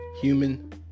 human